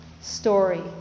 story